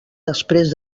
després